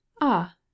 Ah